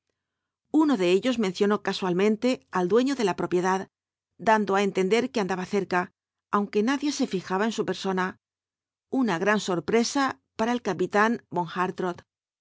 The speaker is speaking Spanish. uno de ellos mencionó casualmente al dueño de la propiedad dando á entender que andaba cerca aunque nadie se fijaba en su persona una gran sorpresa para el capitán von